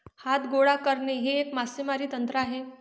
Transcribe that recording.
हात गोळा करणे हे एक मासेमारी तंत्र आहे